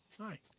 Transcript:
hi